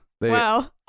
Wow